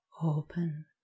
Open